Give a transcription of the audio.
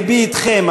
לבי אתכם,